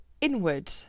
inward